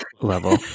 level